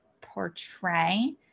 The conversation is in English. portray